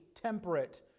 temperate